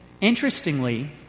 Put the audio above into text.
Interestingly